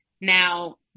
Now